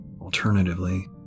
Alternatively